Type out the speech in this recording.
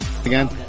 Again